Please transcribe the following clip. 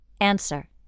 Answer